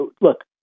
Look